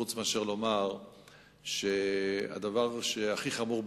חוץ מאשר לומר שהדבר הכי חמור בעיני,